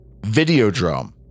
Videodrome